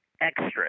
extra